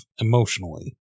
emotionally